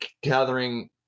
gathering